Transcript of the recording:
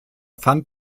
fand